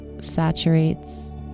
saturates